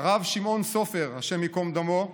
הרב שמעון סופר, השם ייקום דמו,